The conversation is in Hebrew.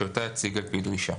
שאותה יציג על פי דרישה.